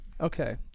okay